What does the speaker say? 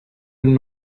and